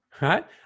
right